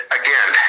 again